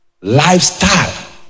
Lifestyle